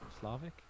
Slavic